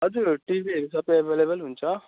हजुर टिभीहरू सबै एभाइलेबल हुन्छ